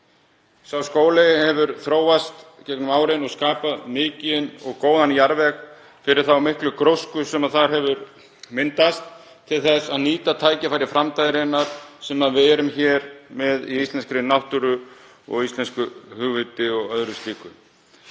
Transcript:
Sá skóli hefur þróast í gegnum árin og skapað mikinn og góðan jarðveg fyrir þá miklu grósku sem þar hefur myndast til að nýta tækifæri framtíðarinnar sem við eigum í íslenskri náttúru og íslensku hugviti. Þar hafa